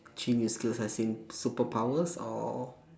three new skills as in superpowers or